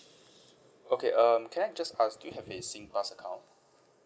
okay um can I just ask do you have a Singpass account